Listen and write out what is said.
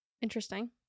interesting